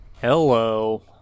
Hello